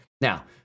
Now